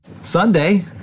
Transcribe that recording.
Sunday